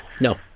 No